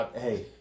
Hey